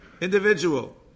individual